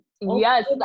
yes